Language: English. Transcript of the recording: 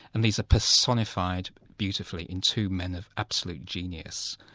and these are personified beautifully in two men of absolute genius.